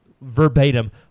verbatim